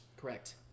Correct